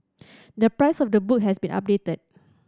the price of the book has been updated